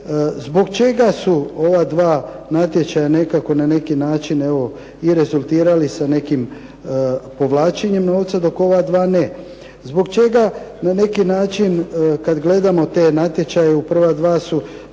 zbog čega su ova dva natječaja nekako na neki način evo i rezultirali sa nekim povlačenjem novca, dok ova dva ne. Zbog čega na neki način kad gledamo te natječaje u prva dva su